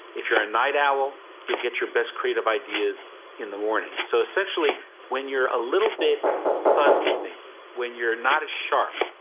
if you're a night owl, you'll get your best creative ideas in the morning. so essentially when you're a little bit fuzzy thinking, when you're not as sharp.